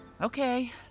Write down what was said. Okay